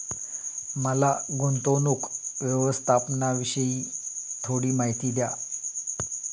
मला गुंतवणूक व्यवस्थापनाविषयी थोडी माहिती द्या